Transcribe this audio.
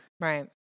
Right